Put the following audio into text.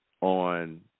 on